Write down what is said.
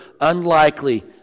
unlikely